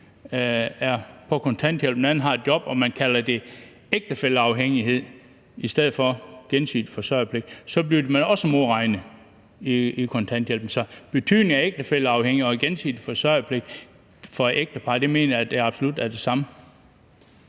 er på kontanthjælp og den anden har et job og man kalder det ægtefælleafhængighed i stedet for gensidig forsørgerpligt, så bliver der også modregnet i kontanthjælpen. Så betydningen for ægtepar af ægtefælleafhængighed og gensidig forsørgerpligt mener jeg absolut er den samme.